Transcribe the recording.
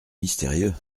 mystérieux